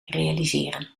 realiseren